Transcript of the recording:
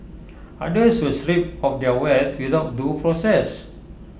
others were stripped of their wealth without due process